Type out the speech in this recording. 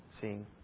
seeing